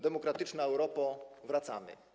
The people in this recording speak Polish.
Demokratyczna Europo, wracamy.